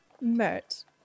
Mert